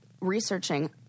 researching